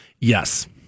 yes